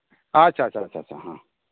ᱟᱪᱪᱷᱟ ᱟᱪᱪᱷᱟ ᱟᱪᱪᱷᱟ ᱦᱮᱸ